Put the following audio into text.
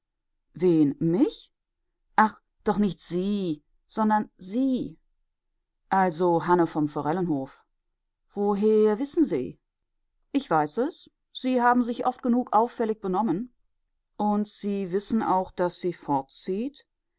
wen mich ach doch nicht sie sondern sie also hanne vom forellenhof woher wissen sie ich weiß es sie haben sich oft genug auffällig benommen und wissen sie auch daß sie fortzieht